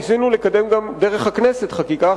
ניסינו לקדם גם דרך הכנסת חקיקה,